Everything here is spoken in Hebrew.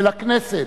ולכנסת,